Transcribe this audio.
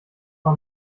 war